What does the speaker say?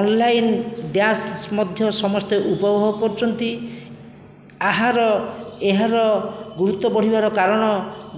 online dance ମଧ୍ୟ ସମସ୍ତେ ଉପଭୋଗ କରୁଛନ୍ତି ଆହାର ଏହାର ଗୁରୁତ୍ଵ ବଢ଼ିବାର କାରଣ